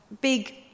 big